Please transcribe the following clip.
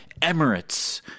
Emirates